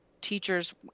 teachers